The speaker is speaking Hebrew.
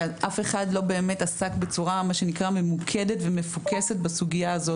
שאף אחד באמת לא עסק בצורה מה שנקרא ממוקדת ומפוקסת בסוגיה הזאת,